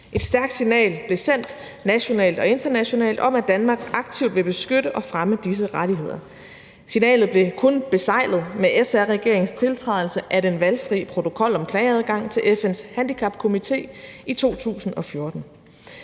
Et stærkt signal blev sendt nationalt og internationalt om, at Danmark aktivt vil beskytte og fremme disse rettigheder. Signalet blev kun beseglet med SR-regeringens tiltrædelse af den valgfri protokol om klageadgang til FN's Handicapkomité i 2014.